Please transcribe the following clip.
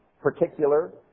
particular